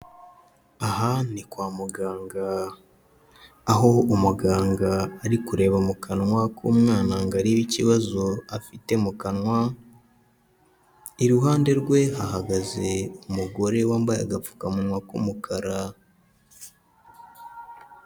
Aha ni kwa muganga, aho umuganga ari kureba mu kanwa k'umwana ngo areba ikibazo afite mu kanwa, iruhande rwe hahagaze umugore wambaye agapfukamunwa k'umukara.